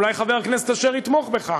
אולי חבר הכנסת אשר יתמוך בכך,